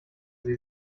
sie